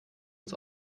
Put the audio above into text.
ins